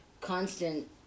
Constant